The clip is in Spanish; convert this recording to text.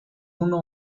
uno